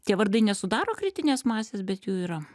tie vardai nesudaro kritinės masės bet jų yra